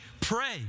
pray